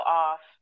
off